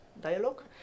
dialogue